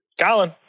Colin